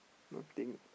nothing